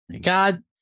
God